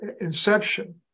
inception